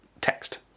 text